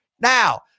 Now